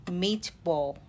meatball